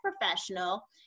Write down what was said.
professional